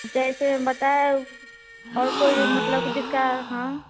जैसे बताओ और कोई मतलब कि जिसका हाँ